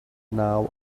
now